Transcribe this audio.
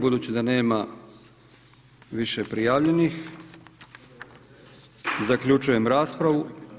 Budući da nema više prijavljenih zaključujem raspravu.